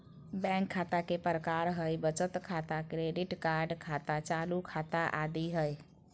bank खता के प्रकार हइ बचत खाता, क्रेडिट कार्ड खाता, चालू खाता आदि हइ